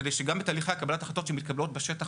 כדי שגם בתהליכי קבלת ההחלטות שמתקבלות בשטח,